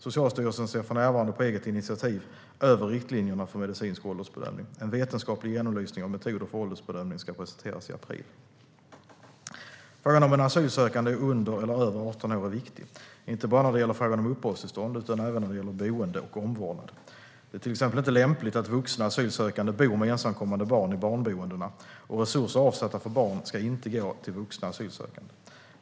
Socialstyrelsen ser för närvarande på eget initiativ över riktlinjerna för medicinsk åldersbedömning. En vetenskaplig genomlysning av metoder för åldersbedömning ska presenteras i april. Frågan om en asylsökande är under eller över 18 år är viktig, inte bara när det gäller frågan om uppehållstillstånd utan även när det gäller boende och omvårdnad. Det är till exempel inte lämpligt att vuxna asylsökande bor med ensamkommande barn i barnboendena, och resurser avsatta för barn ska inte gå till vuxna asylsökande.